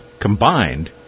combined